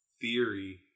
Theory